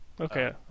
Okay